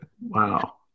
wow